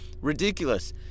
ridiculous